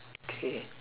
okay